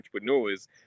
entrepreneurs